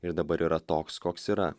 ir dabar yra toks koks yra